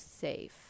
safe